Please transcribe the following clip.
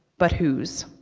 but whos.